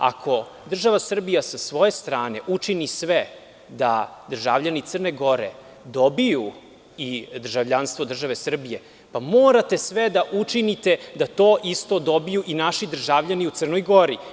Ako država Srbija sa svoje strane učini sve da državljani Crne Gore dobiju i državljanstvo države Srbije, morate da učinite sve da to isto dobiju i naši državljani u Crnoj Gori.